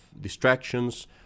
distractions